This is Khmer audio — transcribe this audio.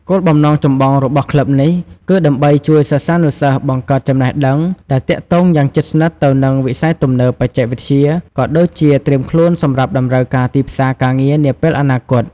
គោលបំណងចម្បងរបស់ក្លឹបនេះ គឺដើម្បីជួយសិស្សានុសិស្សបង្កើតចំណេះដឹងដែលទាក់ទងយ៉ាងជិតស្និទ្ធទៅនឹងវិស័យទំនើប បច្ចេកវិទ្យា ក៏ដូចជាត្រៀមខ្លួនសម្រាប់តម្រូវការទីផ្សារការងារនាពេលអនាគត។